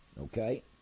Okay